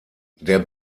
der